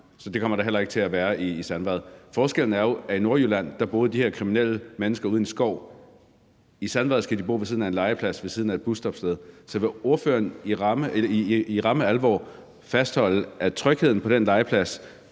så det kommer der heller ikke til at være i Sandvad. Forskellen er jo, at i Nordjylland boede de her kriminelle mennesker ude i en skov, mens de i Sandvad skal bo ved siden af en legeplads og ved siden af et busstoppested. Så vil ordføreren i ramme alvor fastholde, at trygheden på den legeplads,